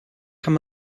kann